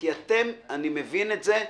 אני מבין את זה,